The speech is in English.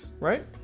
Right